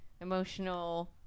emotional